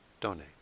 donate